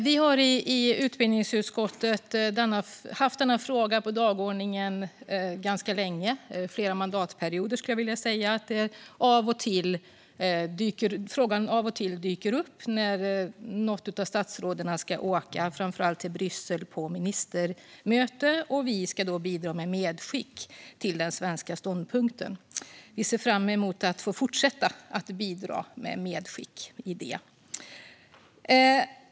Vi har i utbildningsutskottet haft denna fråga på dagordningen ganska länge - under flera mandatperioder har frågan av och till dykt upp när något statsråd har åkt till Bryssel på ministermöte och vi har fått bidra med medskick till den svenska ståndpunkten. Vi ser fram emot att få fortsätta att bidra med medskick.